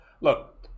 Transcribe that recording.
look